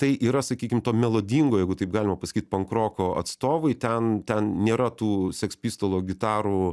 tai yra sakykim to melodingo jeigu taip galima pasakyt pankroko atstovai ten ten nėra tų seks pistolo gitarų